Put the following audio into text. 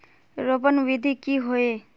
रोपण विधि की होय?